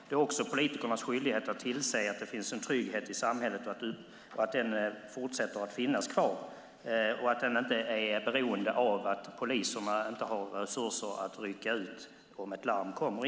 Det är också politikernas skyldighet att tillse att det finns en trygghet i samhället, att den fortsätter att finnas kvar och inte är beroende av att poliserna inte har resurser att rycka ut om ett larm kommer.